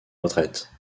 retraite